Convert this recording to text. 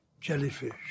jellyfish